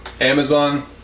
Amazon